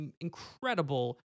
incredible